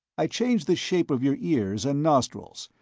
i changed the shape of your ears and nostrils,